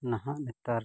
ᱱᱟᱦᱟᱜ ᱱᱮᱛᱟᱨ